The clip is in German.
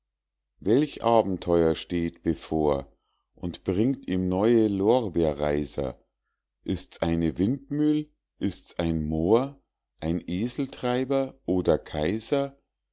welch abenteuer steht bevor und bringt ihm neue lorbeerreiser ist's eine windmühl ist's ein mohr ein eseltreiber oder kaiser